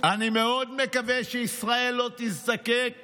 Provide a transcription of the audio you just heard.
אני מאוד מקווה שישראל לא תזדקק